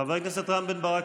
חבר הכנסת רם בן ברק,